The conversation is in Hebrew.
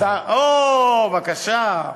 או, בבקשה.